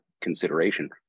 consideration